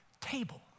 table